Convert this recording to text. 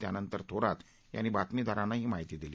त्यानंतर थोरात यांनी बातमीदारांना ही माहिती दिली